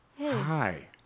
Hi